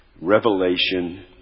Revelation